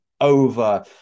over